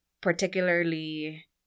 particularly